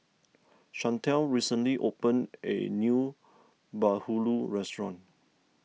Chantelle recently opened a new Bahulu restaurant